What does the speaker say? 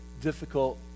difficult